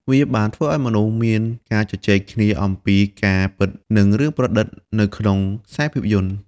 វាបានធ្វើឲ្យមនុស្សមានការជជែកគ្នាអំពីការពិតនិងរឿងប្រឌិតនៅក្នុងខ្សែភាពយន្ត។